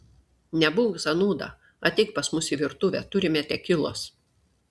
nebūk zanūda ateik pas mus į virtuvę turime tekilos